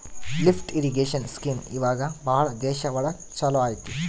lift irrigation scheme ಇವಾಗ ಭಾಳ ದೇಶ ಒಳಗ ಚಾಲೂ ಅಯ್ತಿ